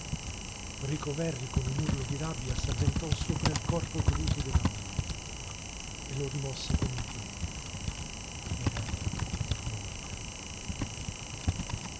verri con un urlo di rabbia s'avventò sopra il corpo caduto della moglie e lo rimosse con un piede era morta